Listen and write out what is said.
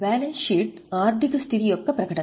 balance sheet ఆర్థిక స్థితి యొక్క ప్రకటన